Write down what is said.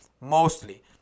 mostly